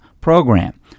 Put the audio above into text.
program